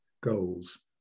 goals